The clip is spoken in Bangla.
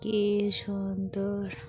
কি সুন্দর